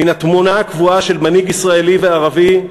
מן התמונה הקבועה של מנהיג ישראלי וערבי,